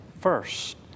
first